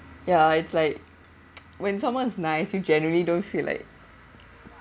ya it's like when someone is nice you generally don't feel like